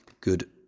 Good